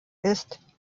ist